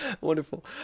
Wonderful